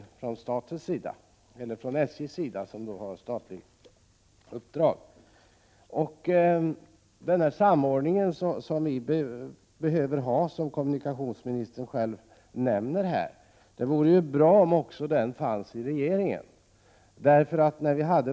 Som kommunikationsministern själv nämner behöver vi få till stånd en samordning, och det vore bra om en sådan samordning också fanns på regeringsnivå.